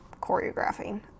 choreographing